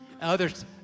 others